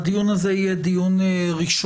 הדיון הזה יהיה דיון ראשון.